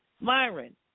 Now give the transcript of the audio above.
Myron